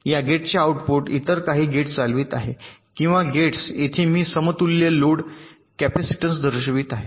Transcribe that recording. या गेटचे आउटपुट इतर काही गेट चालवित आहे किंवा गेट्स येथे मी समतुल्य लोड कॅपेसिटन्स दर्शवित आहे